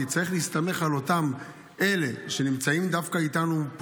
צריך להסתמך על אותם אלה שנמצאים דווקא איתנו פה,